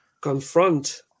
confront